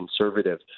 conservative